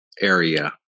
area